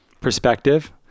perspective